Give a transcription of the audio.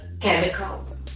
chemicals